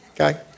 Okay